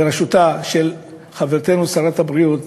בראשותה של חברתנו שרת הבריאות